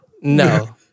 no